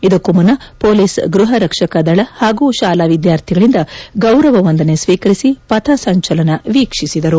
ಇದಕ್ಕೂ ಮುನ್ನ ಪೊಲೀಸ್ ಗೃಹ ರಕ್ಷಕ ದಳ ಹಾಗೂ ಶಾಲಾ ವಿದ್ಯಾರ್ಥಿಗಳಿಂದ ಗೌರವ ವಂದನೆ ಸ್ವೀಕರಿಸಿ ಪಥ ಸಂಚಲನ ವೀಕ್ಷಿಸಿದರು